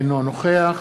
אינו נוכח